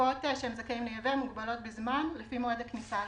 התקופות שהם זכאים לייבא מוגבלות בזמן לפי מועד הכניסה לישראל.